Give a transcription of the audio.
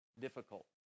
difficult